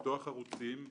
לפתוח ערוצים,